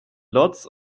lots